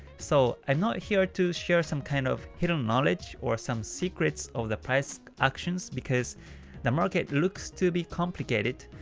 so, i'm not here to share some kind of hidden knowledge or some secrets of the price actions because the market looks to be complicated,